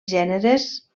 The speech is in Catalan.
gèneres